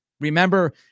Remember